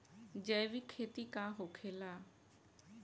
जैविक खेती का होखेला?